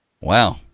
Wow